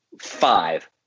Five